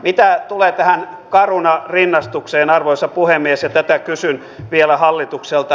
mitä tulee tähän caruna rinnastukseen arvoisa puhemies tätä kysyn vielä hallitukselta